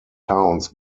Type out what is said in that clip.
towns